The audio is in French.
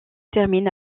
termine